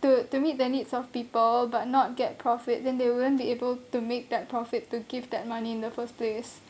to to meet the needs of people but not get profit then they wouldn't be able to make that profit to give that money in the first place